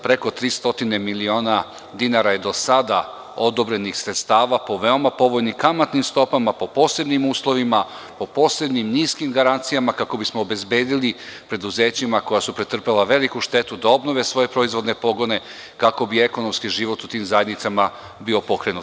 Preko 300 miliona dinara je do sada odobrenih sredstava po veoma povoljnim kamatnim stopama, po posebnim uslovima, po posebnim niskim garancijama, kako bismo obezbedili preduzećima, koja su pretrpela veliku štetu, da obnove svoje proizvodne pogone, kako bi ekonomski život u tim zajednicama bio pokrenut.